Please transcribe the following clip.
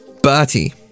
Bertie